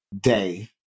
day